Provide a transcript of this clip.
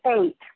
eight